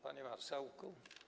Panie Marszałku!